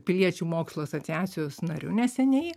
piliečių mokslo asociacijos nariu neseniai